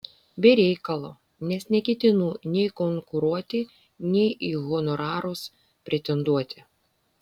be reikalo nes neketinu nei konkuruoti nei į honorarus pretenduoti